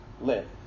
live